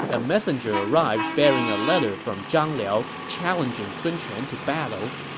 a messenger arrived bearing a letter from zhang liao challenging sun quan to battle.